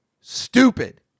stupid